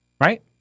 right